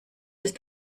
ist